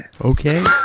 Okay